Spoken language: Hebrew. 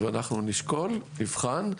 ואנחנו נשקול, נבחן.